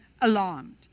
alarmed